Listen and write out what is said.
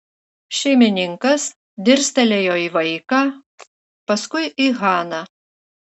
šeimininkas dirstelėjo į vaiką paskui į haną